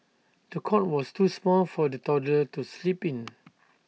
the cot was too small for the toddler to sleep in